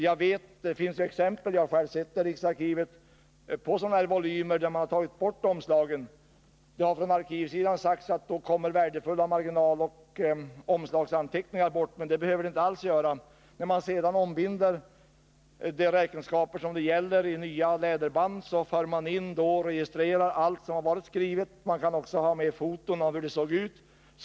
Jag har själv i riksarkivet sett exempel på volymer från vilka omslaget tagits bort. Från arkivsidan har det sagts att värdefulla marginaloch omslagsanteckningar då kommer bort, men det behöver inte alls bli fallet. När man ombinder de räkenskaper det gäller i nya läderband, för man in och registrerar allt som skrivits. Man kan också ta med foton av hur det såg ut.